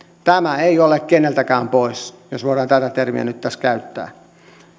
tämä ei ole keneltäkään pois jos voidaan tätä termiä nyt tässä käyttää